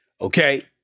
Okay